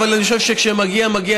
אבל אני חושב שכשמגיע מגיע,